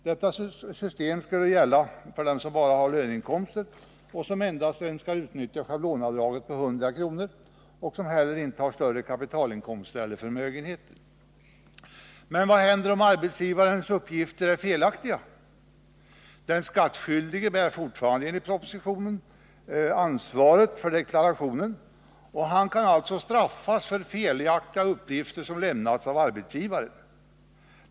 Detta system skulle gälla för dem som bara har löneinkomster, som endast önskar utnyttja schablonavdraget på 100 kr. och som heller inte har större kapitalinkomster eller förmögenheter. Men vad händer om arbetsgivarens uppgifter är felaktiga? Den skattskyldige bär enligt propositionen fortfarande ansvaret för deklarationen och kan alltså straffas för felaktiga uppgifter som lämnats av arbetsgivaren.